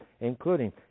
including